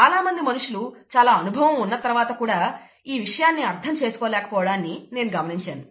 చాలామంది మనుషులు చాలా అనుభవం ఉన్న తర్వాత కూడా ఈ విషయాన్ని అర్ధం చేసుకోలేక పోవడాన్ని నేను గమనించాను